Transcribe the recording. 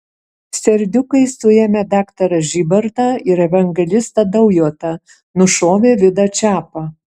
serdiukai suėmė daktarą žybartą ir evangelistą daujotą nušovė vidą čepą